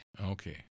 Okay